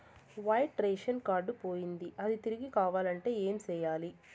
white ration card పోయింది అది తిరిగి కావాలంటే ఏం సేయాలి